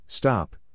Stop